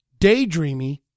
daydreamy